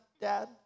Dad